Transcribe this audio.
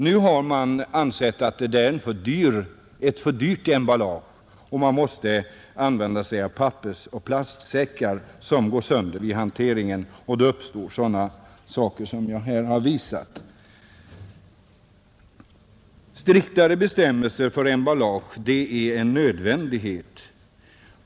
Nu har man ansett att det är ett för dyrt emballage och man använder papperseller plastsäckar, som går sönder vid hanteringen, och då inträffar sådant som jag här visat. Striktare bestämmelser för emballage är en nödvändighet.